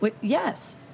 Yes